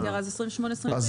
אז